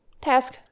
task